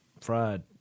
fried